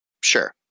Sure